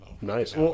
Nice